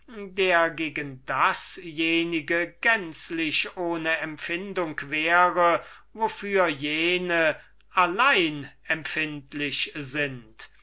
der gegen dasjenige ganz unempfindlich wäre wofür jene allein empfindlich sind